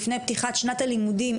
לפני פתיחת שנת הלימודים,